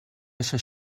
eixe